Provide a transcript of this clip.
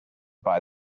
buy